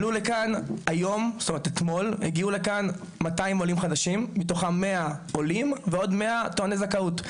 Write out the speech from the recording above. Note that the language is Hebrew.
עלו לכאן אתמול 200 עולים חדשים מתוכם 100 עולים ועוד 100 טועני זכאות,